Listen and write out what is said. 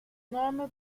nome